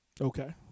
Okay